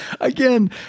Again